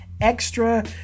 extra